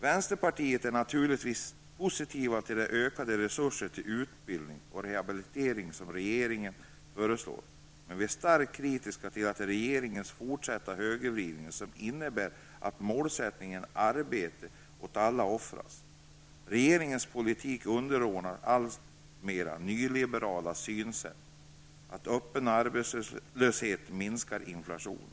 Vänsterpartiet ställer sig naturligtvis positivt till de ökade resurser till utbildning och rehabilitering som regeringen föreslår, men vi är starkt kritiska till regeringens fortsatta högervridning, som innebär att målsättningen arbete åt alla offras. Regeringens politik underordnas alltmer nyliberalismens synsätt att öppen arbetslöshet minskar inflation.